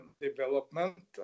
development